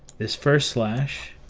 this first slash,